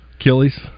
Achilles